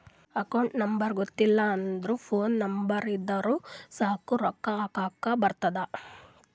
account number ಗೊತ್ತಿಲ್ಲ ಅಂದುರ್ phone number ಇದ್ದುರ್ ಸಾಕ್ ರೊಕ್ಕಾ ಹಾಕ್ಲಕ್ ಬರ್ತುದ್